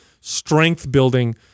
strength-building